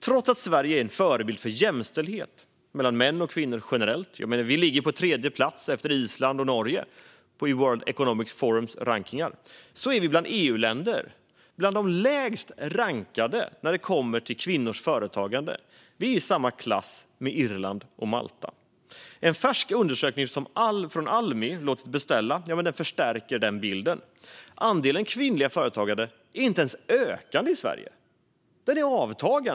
Trots att Sverige är en förebild för jämställdhet mellan män och kvinnor generellt - vi ligger på tredje plats efter Island och Norge i World Economic Forums rankningar - är vi bland EU-länder bland de lägst rankade när det gäller kvinnors företagande. Vi finns i samma klass som Irland och Malta. En färsk undersökning som Almi låtit beställa förstärker denna bild. Andelen kvinnliga företagare i Sverige ökar inte ens, utan den avtar.